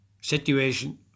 situation